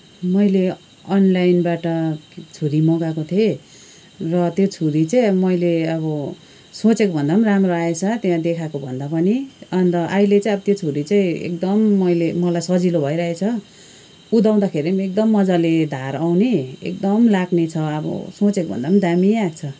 मैले अनलाइनबाट छुरी मगाएको थिएँ र त्यो छुरी चाहिँ मैले अब सोचेकोभन्दा पनि राम्रो आएछ त्यहाँ देखाएकोभन्दा पनि अन्त अहिले चाहिँ अब त्यो छुरी चाहिँ एकदम मैले मलाई सजिलो भइरहेको छ कुँदाउँदाखेरि पनि एकदम मज्जाले धार आउने एकदम लाग्ने छ अब सोचेकोभन्दा पनि दामी आएको छ